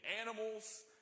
animals